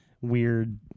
weird